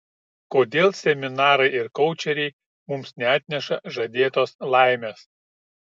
kodėl seminarai ir koučeriai mums neatneša žadėtos laimės